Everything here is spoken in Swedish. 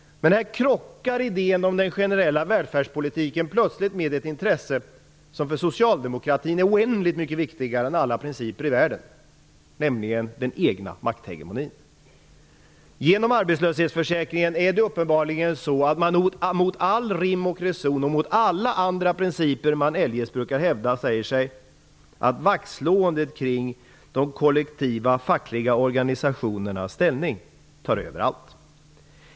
Men här krockar idén om den generella välfärdspolitiken plötsligt med ett intresse som för socialdemokratin är oändligt mycket viktigare än alla principer i världen, nämligen den egna makthegemonin. Genom arbetslöshetsförsäkringen är det uppenbarligen så, att man mot all rim och reson och mot alla andra principer man eljest brukar hävda säger sig att vaktslåendet kring de kollektiva fackliga organisationernas ställning tar över allt.